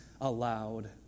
aloud